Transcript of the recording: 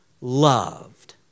loved